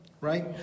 right